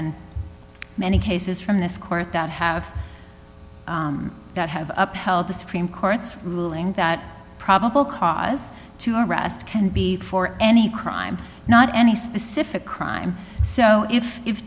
and many cases from this court that have that have upheld the supreme court's ruling that probable cause to arrest can be for any crime not any specific crime so if dif